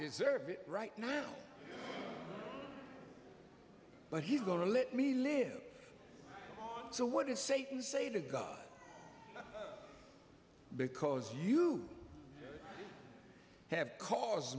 deserve it right now but he's going to let me live so what is satan say to god because you have caused